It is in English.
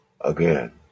Again